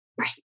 Right